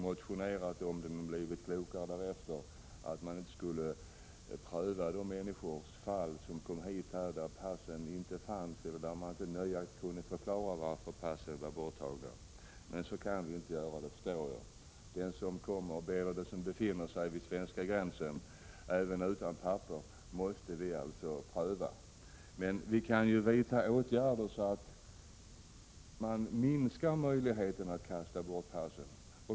motionerats om, fast man blivit klokare därefter — att vi skulle vägra att pröva asylärenden för människor som inte nöjaktigt kunde förklara varför passen var borta. Så kan vi inte göra, det förstår jag. När någon befinner sig vid svenska gränsen, även utan papper, måste vi alltså pröva. Men vi kan ju vidta åtgärder så att man minskar möjligheterna att kasta bort passen.